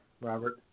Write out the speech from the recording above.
Robert